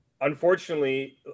unfortunately